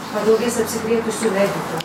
padaugės apsikrėtusių medikų